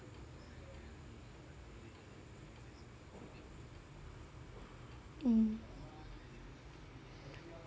mm